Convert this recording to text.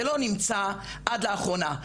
זה לא נמצא עד לאחרונה,